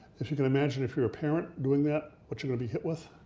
if you can imagine if you're a parent doing that, what you're gonna be hit with.